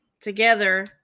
together